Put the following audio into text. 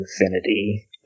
infinity